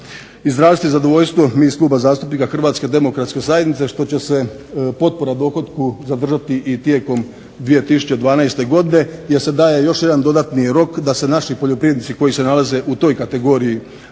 izraziti zadovoljstvo mi iz Kluba zastupnika Hrvatske demokratske zajednice što će se potpora dohotku zadržati i tijekom 2012. Godine, jer se daje još jedan dodatni rok da se naši poljoprivrednici koji se nalaze u toj kategoriji